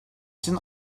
için